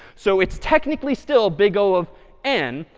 so it's technically still big o of n.